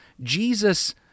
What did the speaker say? Jesus